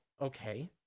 okay